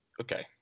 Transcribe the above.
Okay